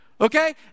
Okay